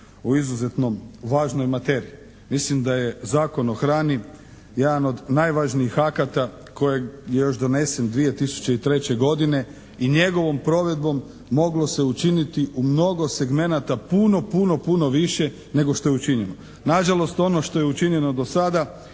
o izuzetno važnoj materiji. Mislim da je Zakon o hrani jedan od najvažnijih akata koji je još donesen 2003. godine i njegovom provedbom moglo se učiniti u mnogo segmenata puno puno više nego što je učinjeno. Na žalost ono što je učinjeno do sada